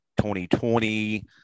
2020